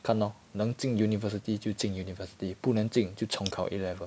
看 lor 能进 university 就进 university 不能进就重考 A level